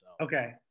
Okay